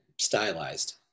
stylized